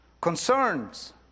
concerns